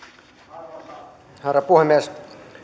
arvoisa herra puhemies